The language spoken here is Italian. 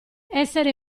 essere